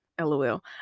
lol